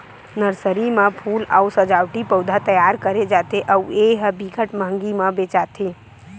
nursery म फूल अउ सजावटी पउधा तइयार करे जाथे अउ ए ह बिकट मंहगी म बेचाथे